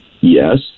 yes